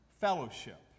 fellowship